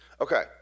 Okay